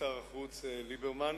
לשר החוץ ליברמן.